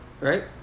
right